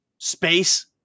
space